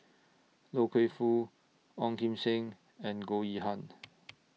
Loy Keng Foo Ong Kim Seng and Goh Yihan